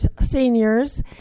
seniors